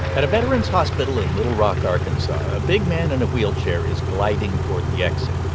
at a veterans hospital in little rock, ark, and so a big man in a wheelchair is gliding toward the exit.